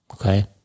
Okay